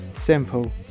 Simple